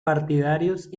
partidarios